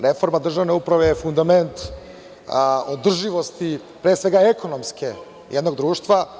Reforma državne uprave je fundament održivosti, pre svega ekonomske, jednog društva.